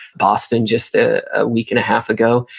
boston, just a week and a half ago.